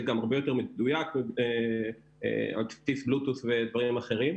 זה גם הרבה יותר מדויק על בסיס בלוטות' ודברים אחרים.